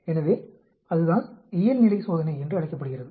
எனவே அதுதான் இயல்நிலை சோதனை என்று அழைக்கப்படுகிறது